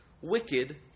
wicked